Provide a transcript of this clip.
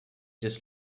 just